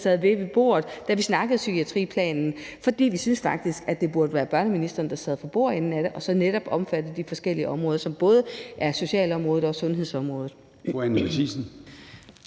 sad med ved bordet, da vi snakkede psykiatriplanen, for vi synes faktisk, at det burde være børneministeren, der sad for bordenden der, og at det netop skulle omfatte de forskellige områder, altså både socialområdet og sundhedsområdet.